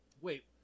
wait